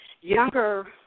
Younger